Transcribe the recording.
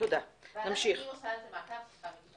ועדת הפנים עושה על זה מעקב?